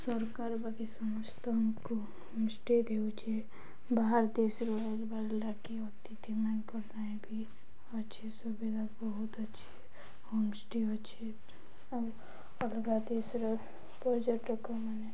ସରକାର ବାକି ସମସ୍ତଙ୍କୁ ହୋମଷ୍ଟେ ଦେଉଛେ ବାହାର ଦେଶର ରହିବାର ଲାଗି ଅତିଥିମାନଙ୍କ ପାଇଁ ବି ଅଛି ସୁବିଧା ବହୁତ ଅଛି ହୋମଷ୍ଟେ ଅଛି ଆଉ ଅଲଗା ଦେଶର ପର୍ଯ୍ୟଟକ ମାନେ